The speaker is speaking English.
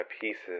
pieces